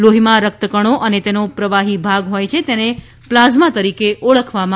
લોફીમાં રક્તકણો અને તેનો પ્રવાફી ભાગ હોય છે જેને પ્લાઝમા તરીકે ઓળખવામાં આવે છે